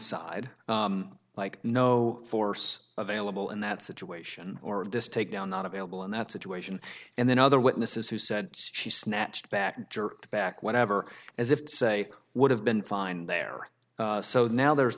side like no force available in that situation or this takedown not available in that situation and then other witnesses who said she snatched back and jerked back whatever as if to say would have been fine there so the now there's